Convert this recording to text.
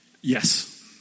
Yes